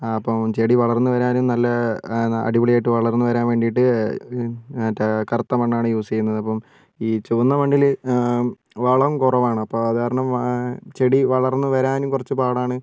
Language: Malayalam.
ആ അപ്പോൾ ചെടി വളർന്നു വരാനും നല്ല അടിപൊളിയായിട്ട് വളർന്നു വരാൻ വേണ്ടിയിട്ട് മറ്റേ കറുത്ത മണ്ണാണ് യൂസ് ചെയ്യുന്നത് അപ്പം ഈ ചുവന്ന മണ്ണിൽ വളം കുറവാണ് അപ്പോൾ അത് കാരണം ചെടി വളർന്നു വരാനും കുറച്ച് പാടാണ്